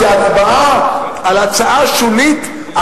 זה הצבעה על הצעה שולית,